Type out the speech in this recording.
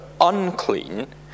unclean